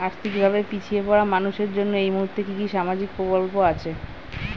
আর্থিক ভাবে পিছিয়ে পড়া মানুষের জন্য এই মুহূর্তে কি কি সামাজিক প্রকল্প আছে?